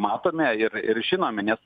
matome ir ir žinome nes